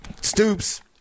stoops